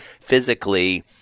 physically